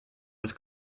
was